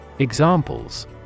examples